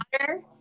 water